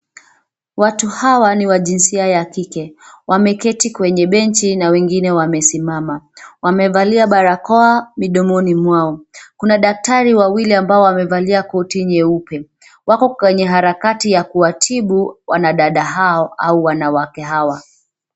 Watu hawa ni wa jinsia ya kike. Wameketi kwenye benchi na wengine wamesimama. Wamevalia barakoa midomoni mwao. Kuna daktari wawili ambao wamevalia koti nyeupe. Wako kwenye harakati ya kuwatibu wanadada hao ama wanawake hawa.